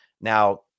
Now